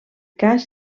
cas